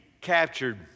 captured